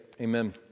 Amen